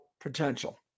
potential